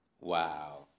Wow